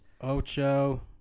Ocho